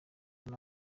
neza